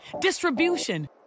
distribution